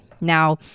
Now